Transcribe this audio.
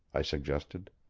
i suggested.